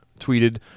tweeted